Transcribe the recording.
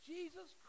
Jesus